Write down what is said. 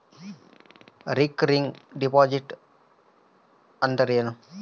Recurring deposit ಅಂದರೇನು?